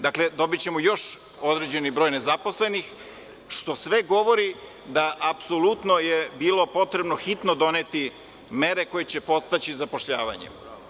Dakle, dobićemo još određeni broj nezaposlenih, što sve govori da apsolutno je bilo potrebno hitno doneti mere koje će podstaći zapošljavanje.